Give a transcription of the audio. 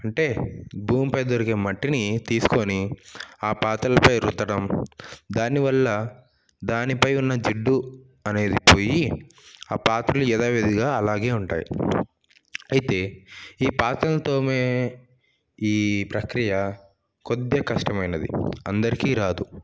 అంటే భూమిపై దొరికే మట్టిని తీసుకొని ఆ పాత్రలపై రుద్దడం దానివల్ల దానిపై వున్న జిడ్డు అనేది పోయి ఆ పాత్రలు యదావిధిగా అలాగే ఉంటాయి అయితే ఈ పాత్రలు తోమె ఈ ప్రక్రియ కొద్దిగా కష్టమైనది అందరికీ రాదు